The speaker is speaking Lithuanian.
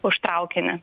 už traukinį